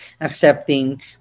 accepting